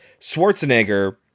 Schwarzenegger